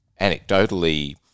anecdotally